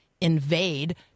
invade